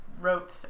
wrote